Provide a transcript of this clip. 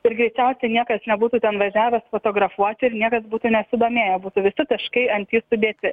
ir greičiausiai niekas nebūtų ten važiavęs fotografuoti ir niekas būtų nesidomėję būtų visi taškai ant i sudėti